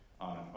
on